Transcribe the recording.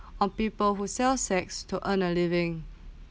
of people who sell sex to earn a living